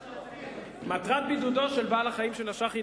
מטרת בידודו של בעל-החיים שנשך היא